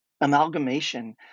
amalgamation